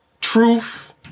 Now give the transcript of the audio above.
truth